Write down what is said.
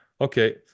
Okay